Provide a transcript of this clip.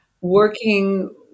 working